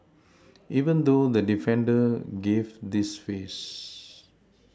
even though the defender gave this face